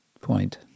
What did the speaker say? point